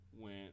went